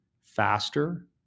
faster